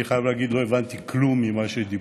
אני חייב להגיד, לא הבנתי כלום ממה שדיברו.